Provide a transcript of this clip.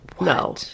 No